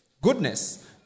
goodness